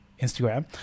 Instagram